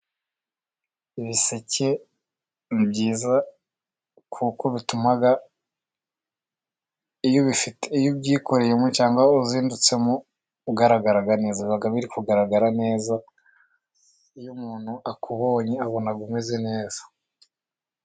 Ibiseke ni byiza kuko bituma iyo ubyikoreye cyane cyangwa uzindutse ,ugaragara neza biba biri kugaragara neza ,iyo umuntu akubonye abona umeze neza.